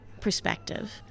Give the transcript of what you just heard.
perspective